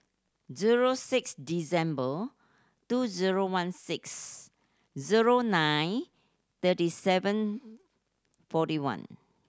zero six December two zero one six zero nine third seven forty one